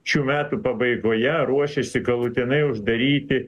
šių metų pabaigoje ruošėsi galutinai uždaryti